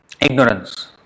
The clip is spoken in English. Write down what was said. ignorance